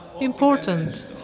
important